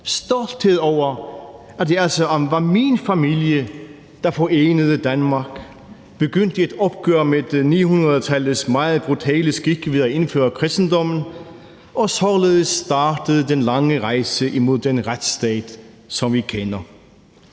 stolthed over, at det altså var min familie, der forenede Danmark, begyndte et opgør med 900-tallets meget brutale skikke ved at indføre kristendommen og således startede den lange rejse imod den retsstat, som vi kender.